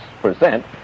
percent